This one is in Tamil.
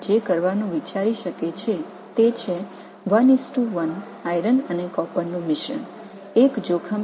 எனவே ஒருவர் செய்ய நினைப்பது என்னவென்றால் 1 1 இரும்பு மற்றும் காப்பர் கலவையை எடுத்துக் கொள்வதுதான்